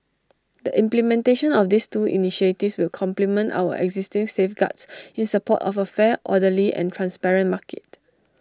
the implementation of these two initiatives will complement our existing safeguards in support of A fair orderly and transparent market